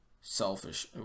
selfish